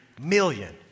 million